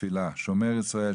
בתפילה: שומר ישראל,